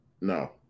No